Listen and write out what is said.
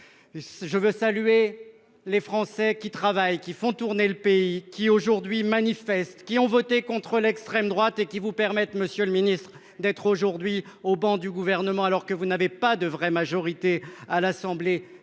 Je veux saluer les Français qui travaillent, qui font tourner le pays, qui manifestent aujourd'hui, qui ont voté contre l'extrême droite et qui vous permettent, monsieur le ministre, d'être assis au banc du Gouvernement, alors que vous n'avez pas de vraie majorité à l'Assemblée